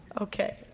Okay